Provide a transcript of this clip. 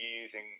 using